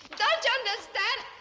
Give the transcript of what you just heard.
don't you understand?